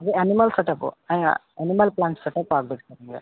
ಈ animal set up animal plant set up ಆಗ್ಬೇಕು sir ನಮಗೆ